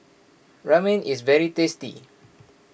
Ramen is very tasty